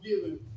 given